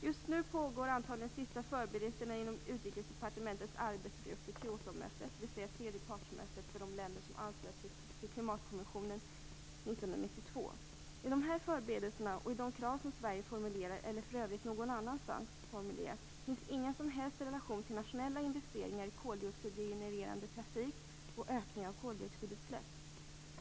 Just nu pågår antagligen de sista förberedelser inom Utrikesdepartementets arbetsgrupp för Kyotomötet, dvs. tredje partsmötet för de länder som anslöt sig till Klimatkonventionen I dessa förberedelser och i de krav som Sverige formulerar finns ingen som helst relation mellan nationella investeringar i koldioxidgenererande trafik och en ökning av koldioxidutsläppen.